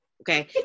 Okay